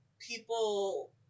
People